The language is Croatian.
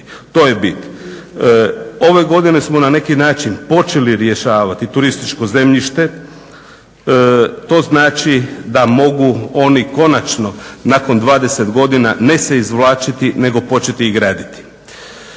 To je bit. Ove godine smo na neki način počeli rješavati turističko zemljište. To znači da mogu oni konačno nakon 20 godina ne se izvlačiti, nego početi i graditi.